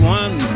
one